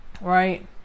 Right